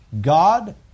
God